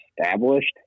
established